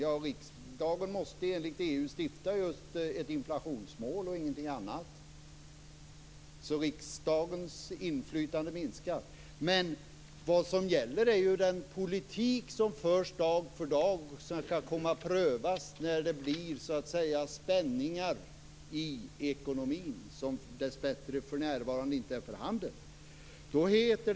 Ja, riksdagen måste enligt EU ange just ett inflationsmål, så riksdagens inflytande minskar. Men vad som gäller är ju den politik som förs dag för dag, som kan komma att prövas när det blir spänningar i ekonomin, vilka för närvarande dessbättre inte är för handen.